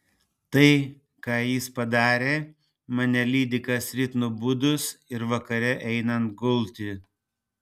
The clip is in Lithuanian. tai ką jis padarė mane lydi kasryt nubudus ir vakare einant gulti